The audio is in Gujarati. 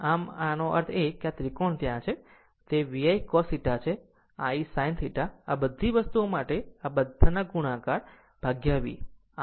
આમ આ એક આનો અર્થ એ કે આ ત્રિકોણ ત્યાં છે તે I cos θ છે I sin θ આ બધી વસ્તુઓ માટે આ બધાના ગુણાકાર V